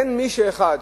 אין מישהו אחד